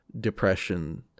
depression